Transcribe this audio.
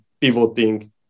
pivoting